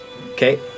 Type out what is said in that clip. Okay